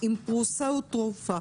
פרוסה או תרופה.